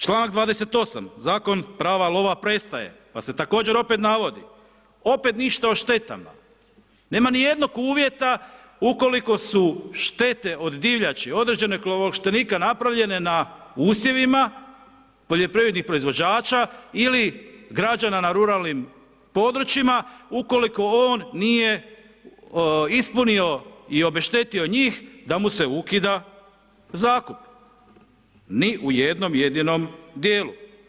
Članak 28., Zakon prava lova prestaje, pa se tako također opet navodi, opet ništa o štetama, nema ni jednog uvjeta ukoliko su štete od divljači određenog lovoovlaštenika napravljene na usjevima poljoprivrednih proizvođača ili građana na ruralnim područjima, ukoliko on nije ispunio i obeštetio njih, da mu se ukida zakup, ni u jednom jedinom dijelu.